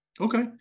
Okay